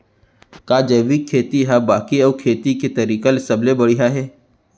का जैविक खेती हा बाकी अऊ खेती के तरीका ले सबले बढ़िया हे?